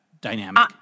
dynamic